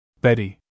Betty